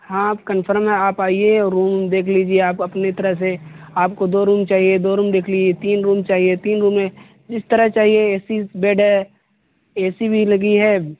ہاں کنفرم ہے آپ آئیے روم ووم دکھ لیجیے آپ اپنی طرح سے آپ کو دو روم چاہیے دو روم دیکھ لیجیے تین روم چاہیے تین روم ہیں جس طرح چاہیے اے سی بیڈ ہے اے سی بھی لگی ہے